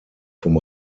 vom